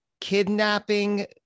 kidnapping